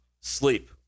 Sleep